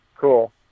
Cool